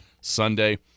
Sunday